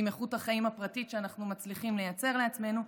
עם איכות החיים הפרטית שאנחנו מצליחים לייצר לעצמנו,